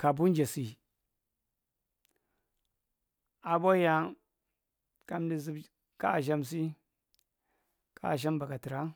kabuun jasi aɓwahiya kamdi ka asham si ka asha ɓaka traa.